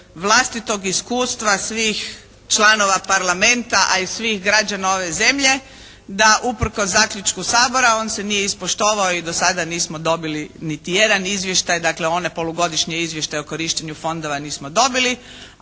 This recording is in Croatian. vlastitog iskustva svih članova Parlamenta a i svih građana ove zemlje da usprkos zaključku Sabora vam se nije ispoštovao i do sada nismo dobili niti jedan izvještaj, dakle one polugodišnje izvještaje o korištenju fondova nismo dobili.